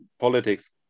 politics